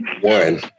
One